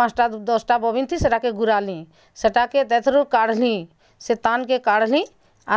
ପାଞ୍ଚ୍ଟା ଦଶ୍ଟା ବବିନ୍ଥି ସେଟାକେ ଘୂରାଲିଁ ସେଟାକେ ହେଥ୍ରୁ କାଢ଼୍ଲିଁ ସେ ତାନ୍କେ କାଢ଼୍ଲିଁ